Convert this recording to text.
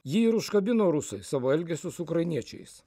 jį ir užkabino rusai savo elgesiu su ukrainiečiais